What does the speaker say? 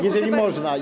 Jeżeli można.